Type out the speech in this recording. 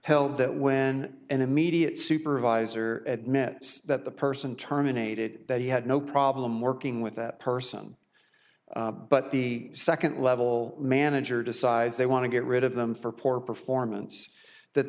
held that when an immediate supervisor at mets that the person terminated that he had no problem working with that person but the second level manager decides they want to get rid of them for poor performance that